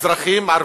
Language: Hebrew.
אזרחים ערבים.